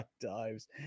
dives